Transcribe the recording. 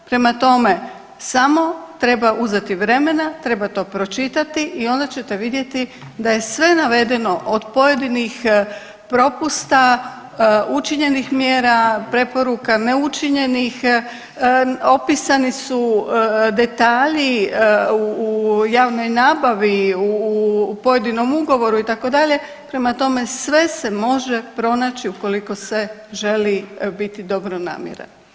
Prema tome samo treba uzeti vremena, treba to pročitati i onda ćete vidjeti da je sve navedeno od pojedinih propusta, učinjenih mjera, preporuka, neučinjenih, opisani su detalji u javnoj nabavi u pojedinom ugovoru itd., prema tome sve se može pronaći ukoliko se želi biti dobronamjeran.